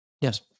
Yes